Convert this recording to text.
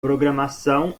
programação